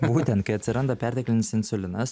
būtent kai atsiranda perteklinis insulinas